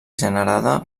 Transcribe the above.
generada